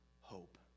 hope